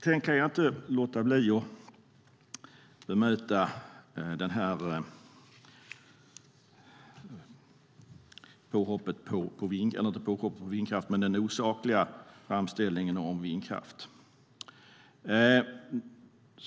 Sedan kan jag inte låta bli att bemöta den osakliga framställningen av vindkraft.